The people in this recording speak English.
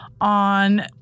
on